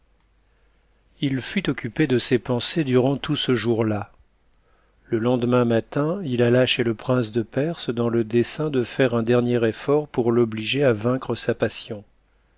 il fut occupé de ces pensées durant tout ce jour-là le lendemain matin il alla chez le prince de perse dans le dessein de faire un dernier effort pour l'obliger à vaincre sa passion